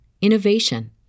innovation